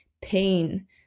pain